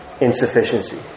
insufficiency